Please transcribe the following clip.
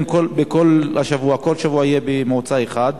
כל שבוע יהיה במועצה אחת.